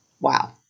Wow